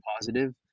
positive